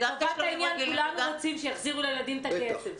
לטובת העניין כולנו רוצים שיחזירו לילדים את הכסף,